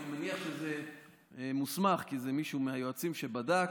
אני מניח שזה מוסמך, כי זה מישהו מהיועצים שבדק.